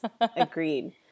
agreed